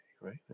right